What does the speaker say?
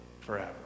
forever